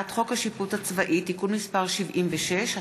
הצעת חוק השיפוט הצבאי (תיקון מס' 76),